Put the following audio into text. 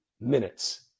Minutes